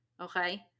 okay